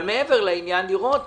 מעבר לעניין, לראות